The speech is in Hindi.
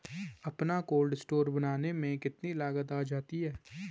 अपना कोल्ड स्टोर बनाने में कितनी लागत आ जाती है?